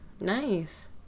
nice